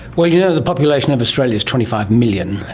well, you know the population of australia is twenty five million,